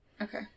Okay